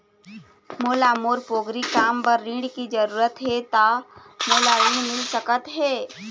मोला मोर पोगरी काम बर ऋण के जरूरत हे ता मोला ऋण मिल सकत हे?